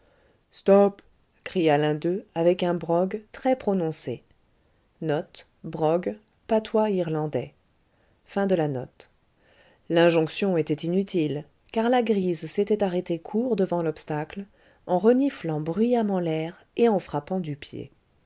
passage stop cria l'un d'eux avec un brogue très prononcé l'injonction était inutile car la grise s'était arrêtée court devant l'obstacle en reniflant bruyamment l'air et en frappant du pied